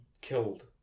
killed